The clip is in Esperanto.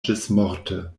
ĝismorte